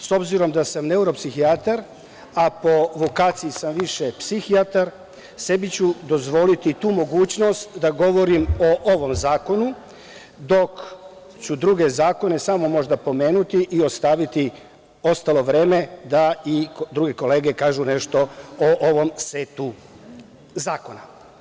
S obzirom da sam neuropsihijatar, a po vokaciji sam više psihijatar, sebi ću dozvoliti tu mogućnost da govorim o ovom zakonu, dok ću druge zakone samo možda pomenuti i ostaviti ostalo vreme da i druge kolege kažu nešto o ovom setu zakona.